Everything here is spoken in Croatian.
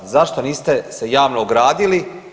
Zašto niste se javno ogradili?